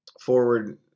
forward –